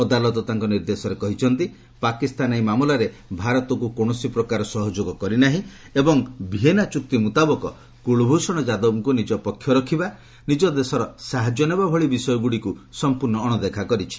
ଅଦାଲତ ତାଙ୍କ ନିର୍ଦ୍ଦେଶରେ କହିଛନ୍ତି ପାକିସ୍ତାନ ଏହି ମାମଲାରେ ଭାରତକୁ କୌଣସି ପ୍ରକାର ସହଯୋଗ କରିନାହିଁ ଏବଂ ଭିଏନା ଚୁକ୍ତି ମୁତାବକ କୁଳଭୂଷଣ ଯାଦବଙ୍କୁ ନିଜ ପକ୍ଷ ରଖିବା ନିଜ ଦେଶର ସାହାଯ୍ୟ ନେବା ଭଳି ବିଷୟଗୁଡ଼ିକୁ ସଂପର୍ଶ୍ଣ ଅଶଦେଖା କରିଛି